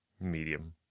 Medium